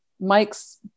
Mike's